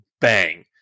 bang